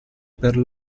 per